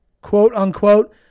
quote-unquote